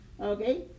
okay